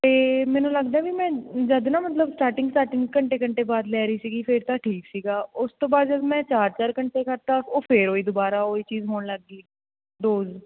ਅਤੇ ਮੈਨੂੰ ਲੱਗਦਾ ਵੀ ਮੈਂ ਜਦ ਨਾ ਮਤਲਬ ਸਟਾਰਟਿੰਗ ਸਟਾਰਟਿੰਗ ਘੰਟੇ ਘੰਟੇ ਬਾਅਦ ਲੈ ਰਹੀ ਸੀਗੀ ਫਿਰ ਤਾਂ ਠੀਕ ਸੀਗਾ ਉਸ ਤੋਂ ਬਾਅਦ ਜਦੋਂ ਮੈਂ ਚਾਰ ਚਾਰ ਘੰਟੇ ਕਰਤਾ ਉਹ ਫਿਰ ਉਹੀ ਦੁਬਾਰਾ ਉਹੀ ਚੀਜ਼ ਹੋਣ ਲੱਗ ਗਈ ਡੋਜ਼